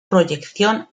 proyección